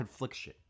confliction